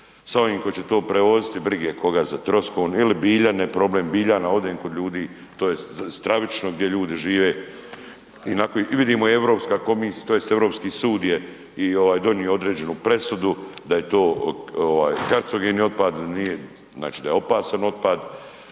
sa ovim koji će to prevoziti, brige koga za troskom ili Biljane, problem Biljana, odem kod ljudi to stravično gdje ljudi žive. I vidimo i Europska komisija tj. Europski sud je donio određenu presudu da je to ovaj karcogeni otpad, nije, znači da je opasan otpad.